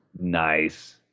Nice